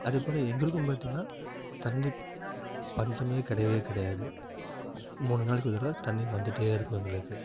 அதே போல் எங்களுக்கும் பார்த்திங்கனா தண்ணி பஞ்சம் கிடையவே கிடையாது மூணு நாளைக்கு ஒரு தடவை தண்ணி வந்துட்டே இருக்கும் எங்களுக்கு